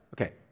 Okay